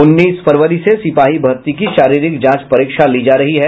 उन्नीस फरवरी से सिपाही भर्ती की शारीरिक जांच परीक्षा ली जा रही है